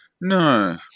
No